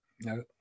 No